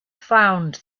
found